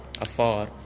afar